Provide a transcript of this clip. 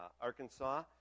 Arkansas